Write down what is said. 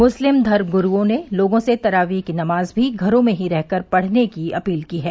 मुस्लिम धर्मगुरूओं ने लोगों से तरावीह की नमाज भी घरों में ही रह कर पढ़ने की अपील की है